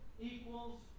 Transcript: equals